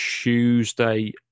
Tuesday